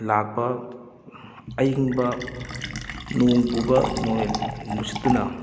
ꯂꯥꯛꯄ ꯑꯏꯪꯕ ꯅꯣꯡ ꯄꯨꯕ ꯅꯣꯡꯂꯩ ꯅꯨꯡꯁꯤꯠꯇꯨꯅ